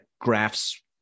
graphs